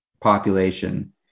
population